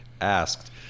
asked